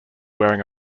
wearing